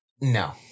no